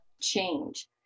change